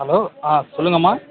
hello ஆ சொல்லுங்கம்மா